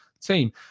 team